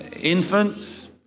infants